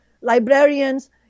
librarians